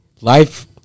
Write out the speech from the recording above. Life